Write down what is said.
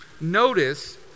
notice